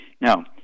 Now